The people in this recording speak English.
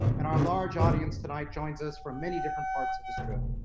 and our large audience tonight joins us from many different parts of australia.